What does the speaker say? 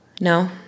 No